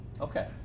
Okay